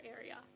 area